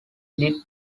did